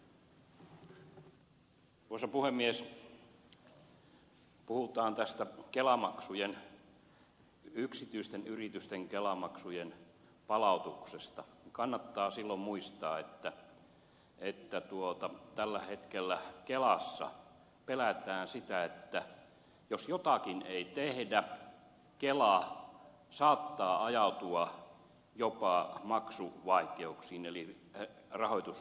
kun puhutaan tästä yksityisten yritysten kelamaksujen palautuksesta niin kannattaa silloin muistaa että tällä hetkellä kelassa pelätään sitä että jos jotakin ei tehdä kela saattaa ajautua jopa maksuvaikeuksiin eli rahoituskriisiin